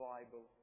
Bible